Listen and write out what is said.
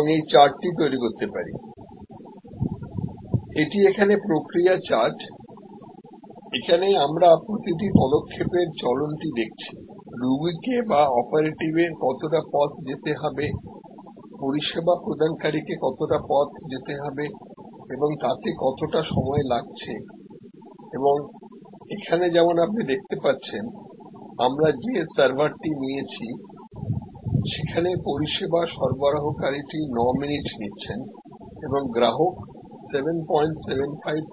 এবং এই চার্টটি তৈরি করতে পারি এটি এখানে প্রক্রিয়া চার্ট এখানে আমরা চলার প্রতিটি পদক্ষেপ দেখছি রুগীকে বাঅপারেটিভের কতটা পথ যেতে হবে পরিষেবা প্রদানকারীকে কতটা পথ যেতে হবে এবং তাতে কতটা সময় লাগছেএবং এখানে যেমন আপনি দেখতে পাচ্ছেন আমরা যে সার্ভারটি নিয়েছি সেখানে পরিষেবা সরবরাহকারীটি 9 মিনিট নিচ্ছেন এবং গ্রাহক 775